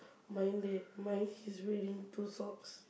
mine there mine he's wearing two socks